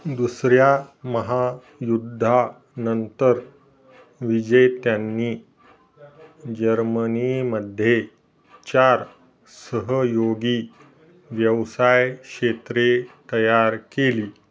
दुसऱ्या महायुद्धानंतर विजेत्यांनी जर्मनीमध्ये चार सहयोगी व्यवसाय क्षेत्रे तयार केली